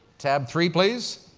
tab three, please.